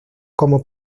como